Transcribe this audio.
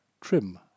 trim